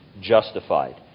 justified